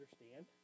understand